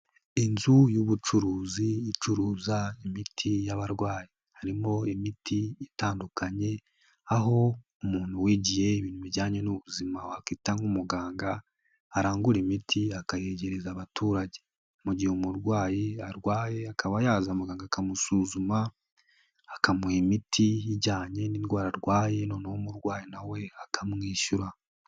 Inzu y'ubucuruzi icuruza imiti y'abarwayi, harimo imiti itandukanye aho umuntu wigiye ibintu bijyanye n'ubuzima wakita nk'umuganga, arangura imiti akayegereza abaturage. Mu gihe umurwayi arwaye akaba yaza muganga akamusuzuma, akamuha imiti ijyanye n'indwara arwaye, noneho umurwayi na we akamwishyura.